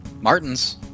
Martins